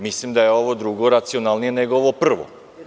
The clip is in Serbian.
Mislim da je ovo drugo racionalnije nego ovo prvo.